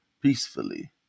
peacefully